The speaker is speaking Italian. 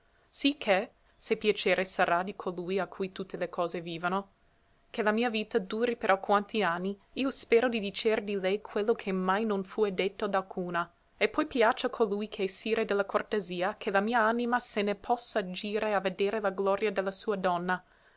che se piacere sarà di colui a cui tutte le cose vivono che la mia vita duri per alquanti anni io spero di dicer di lei quello che mai non fue detto d'alcuna e poi piaccia a colui che è sire de la cortesia che la mia anima se ne possa gire a vedere la gloria de la sua donna